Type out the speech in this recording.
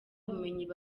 bumenyi